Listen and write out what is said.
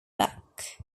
back